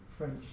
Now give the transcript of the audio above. French